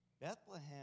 Bethlehem